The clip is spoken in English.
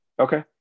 okay